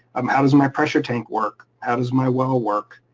um how does my pressure tank work? how does my well work?